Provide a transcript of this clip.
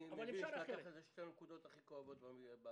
מכובדי, שתי נקודות הכי כואבות.